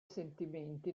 sentimenti